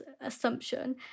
assumption